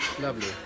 Lovely